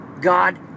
God